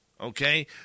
Okay